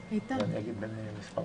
הגענו כבר לזמן שהחברה